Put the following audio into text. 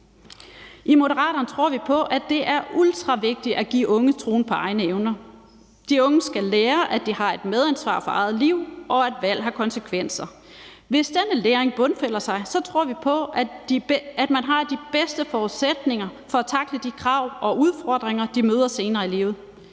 I Moderaterne tror vi på, at det er ultravigtigt at give unge troen på egne evner. De unge skal lære, at de har et medansvar for eget liv, og at valg har konsekvenser. Hvis denne læring bundfælder sig, tror vi på, at de har de bedste forudsætninger for at tackle de krav og udfordringer, de møder senere i livet.